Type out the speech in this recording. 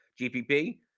GPP